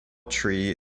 tree